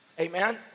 Amen